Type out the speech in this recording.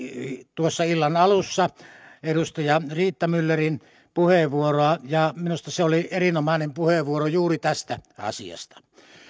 tuossa illan alussa edustaja riitta myllerin puheenvuoroa ja minusta se oli erinomainen puheenvuoro juuri tästä asiasta